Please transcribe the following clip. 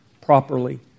properly